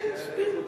כן, ספין.